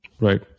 Right